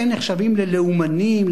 הם נחשבים ללאומנים,